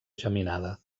geminada